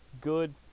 good